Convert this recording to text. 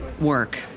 work